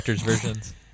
versions